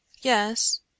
Yes